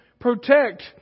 protect